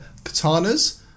katanas